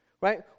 Right